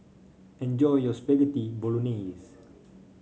enjoy your Spaghetti Bolognese